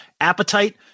Appetite